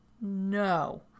No